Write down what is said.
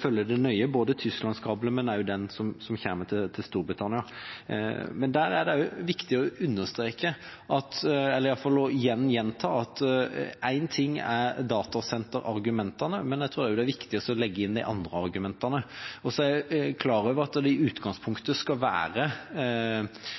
følge det nøye – Tysklandskabelen og også den som kommer til Storbritannia. Men der er det også viktig å understreke, eller i alle fall å gjenta, at én ting er datasenterargumentene, men jeg tror også det er viktig å legge inn de andre argumentene. Jeg klar over at det i utgangspunktet skal være